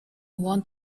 want